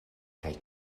kaj